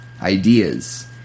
ideas